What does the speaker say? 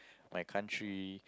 my country